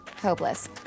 Hopeless